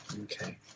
Okay